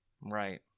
Right